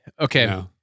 Okay